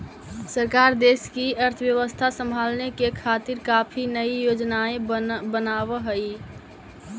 सरकार देश की अर्थव्यवस्था संभालने के खातिर काफी नयी योजनाएं बनाव हई